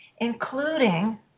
including